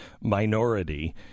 Minority